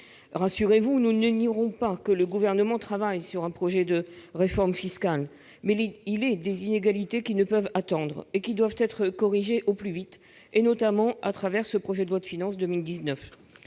Rassurez-vous, nous ne nierons pas que le Gouvernement travaille sur un projet de réforme fiscale, mais il est des inégalités qui doivent être corrigées au plus vite, notamment à travers ce projet de loi de finances pour